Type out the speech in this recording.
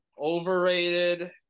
overrated